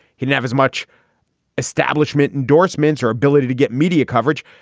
he'd never as much establishment endorsements or ability to get media coverage.